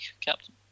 captain